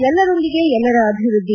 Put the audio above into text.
ಎಲ್ಲರೊಂದಿಗೆ ಎಲ್ಲರ ಅಭಿವೃದ್ಧಿ